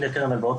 הנה קרן הלוואות,